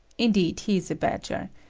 indeed, he is a badger.